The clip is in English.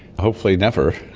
hopefully never.